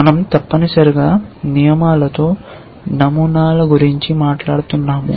మనం తప్పనిసరిగా నియమాలలో నమూనాల గురించి మాట్లాడుతున్నాము